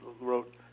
wrote